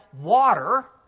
water